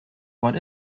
what